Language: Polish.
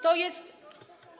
To jest.